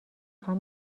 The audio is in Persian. خوام